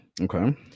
Okay